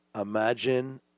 Imagine